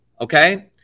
okay